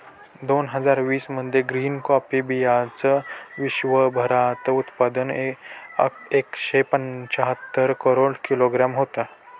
दोन हजार वीस मध्ये ग्रीन कॉफी बीयांचं विश्वभरात उत्पादन एकशे पंच्याहत्तर करोड किलोग्रॅम होतं